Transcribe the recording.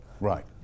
right